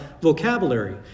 vocabulary